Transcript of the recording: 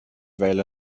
veil